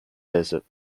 desert